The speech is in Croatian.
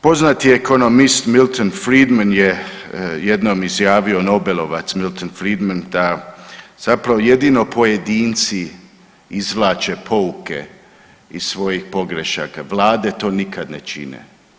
Poznati ekonomist Milton Friedman je jednom izjavio, nobelovac Milton Friedman da zapravo jedino pojedinci izvlače pouke iz svojih pogrešaka, vlade to nikad ne čine.